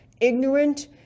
ignorant